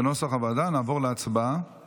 כנוסח הוועדה נעבור להצבעה